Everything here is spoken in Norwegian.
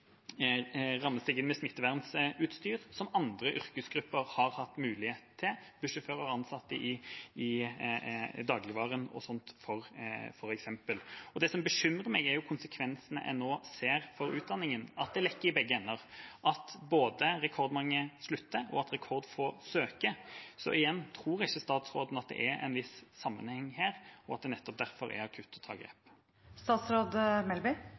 med smittevernutstyr, som andre yrkesgrupper har hatt mulighet til, f.eks. bussjåfører og ansatte i dagligvarebransjen. Det som bekymrer meg, er jo konsekvensene en nå ser for utdanningen, at det lekker i begge ender, at både rekordmange slutter, og at rekordfå søker. Så, igjen, tror ikke statsråden at det er en viss sammenheng her, og at det nettopp derfor er akutt å ta